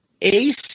Ace